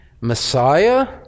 Messiah